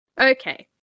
Okay